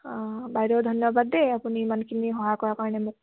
অঁ বাইদেউ ধন্যবাদ দেই আপুনি ইমানখিনি সহায় কৰা কাৰণে মোক